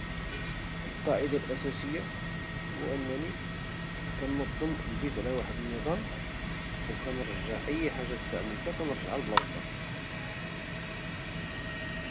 القاعدة الاساسية هو انني كنضم البيت على واحد النظام او كنرجع اي حاجة استعملتها كنرجعها لبلاصتها